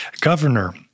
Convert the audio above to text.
governor